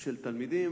של תלמידים